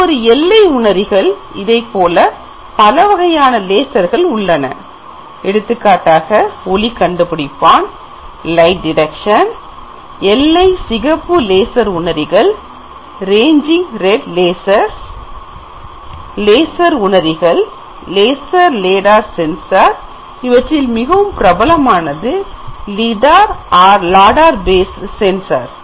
இது ஒரு எல்லை உணரிகள் இதைப்போல் பல வகையான லேசர்கள் உள்ளன ஒளி கண்டுபிடிப்பான் எல்லை சிகப்பு லேசர் உணரிகள் லேசர் உணரிகள் இவற்றில் மிகவும் பிரபலமானது Lidar or Lador Based Sensors